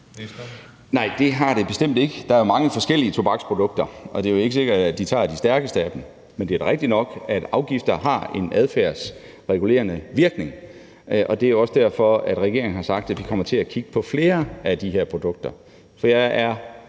Nej, det har det bestemt ikke. Der er jo mange forskellige tobaksprodukter, og det er jo ikke sikkert, at de tager de stærkeste af dem. Men det er da rigtigt nok, at afgifter har en adfærdsregulerende virkning, og det er også derfor, at regeringen har sagt, at vi kommer til at kigge på flere af de her produkter. Så jeg er